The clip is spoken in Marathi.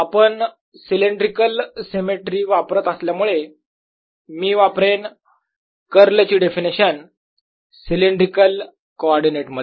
आपण सिलेंड्रिकल सिमेट्री वापरत असल्यामुळे मी वापरेन कर्ल ची डेफिनेशन सिलेंड्रिकल कोऑर्डिनेट मध्ये